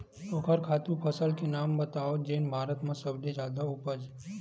ओखर खातु फसल के नाम ला बतावव जेन भारत मा सबले जादा उपज?